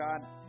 God